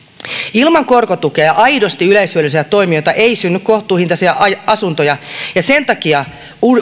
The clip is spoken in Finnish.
ilman korkotukea ja aidosti yleishyödyllisiä toimijoita ei synny kohtuuhintaisia asuntoja ja sen takia